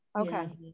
okay